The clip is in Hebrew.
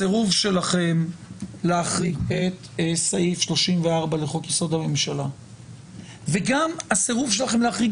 הסירוב שלכם להחריג את סעיף 34 לחוק יסוד: הממשלה וגם הסירוב שלכם להחריג